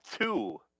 two